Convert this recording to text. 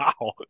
Wow